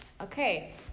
Okay